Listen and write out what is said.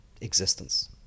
existence